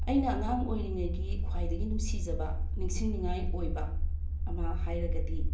ꯑꯩꯅ ꯑꯉꯥꯡ ꯑꯣꯏꯔꯤꯉꯩꯒꯤ ꯈ꯭ꯋꯥꯏꯗꯒꯤ ꯅꯨꯡꯁꯤꯖꯕ ꯅꯤꯡꯁꯤꯡꯅꯤꯡꯉꯥꯏ ꯑꯣꯏꯕ ꯑꯃ ꯍꯥꯏꯔꯒꯗꯤ